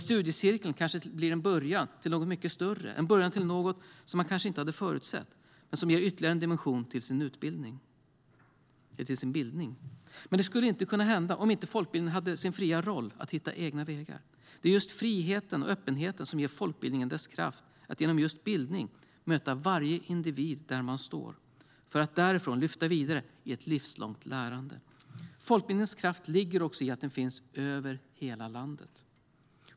Studiecirkeln blir kanske en början till något mycket större, en början till något som man kanske inte hade förutsett men som ger ytterligare en dimension till bildningen. Men det skulle inte kunna hända om inte folkbildning hade sin fria roll att hitta egna vägar. Det är just friheten och öppenheten som ger folkbildningen dess kraft att genom bildning möta varje individ där den står för att därifrån lyfta vidare i ett livslångt lärande. Folkbildningens kraft ligger också i att den finns över hela landet.